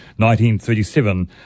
1937